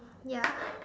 ya